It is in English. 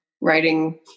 writing